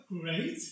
great